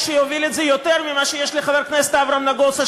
ומה יהיה למי שיוביל את זה יותר ממה שיש לחבר כנסת אברהם נגוסה,